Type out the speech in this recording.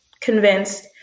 convinced